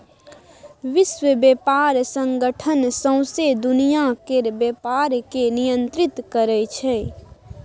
विश्व बेपार संगठन सौंसे दुनियाँ केर बेपार केँ नियंत्रित करै छै